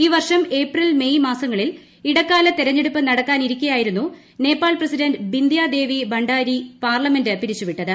ഈ വർഷം April May മാസങ്ങളിൽ ഇടക്കാല തിരഞ്ഞെടുപ്പ് നടക്കാനിരിക്കെയായിരുന്നു നേപ്പാൾ പ്രസിഡന്റ് ബിന്ദ്യ ദേവി ഭണ്ഡാരി പാർലമെന്റ് പിരിച്ചുവിട്ടത്